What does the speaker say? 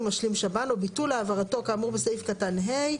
משלים שב"ן או ביטול העברתו כאמור בסעיף קטן (ה)",